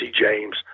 James